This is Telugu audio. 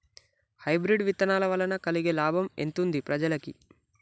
హైబ్రిడ్ విత్తనాల వలన కలిగే లాభం ఎంతుంది ప్రజలకి?